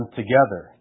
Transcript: together